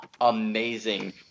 amazing